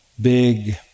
big